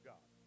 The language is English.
God